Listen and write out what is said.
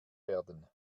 werden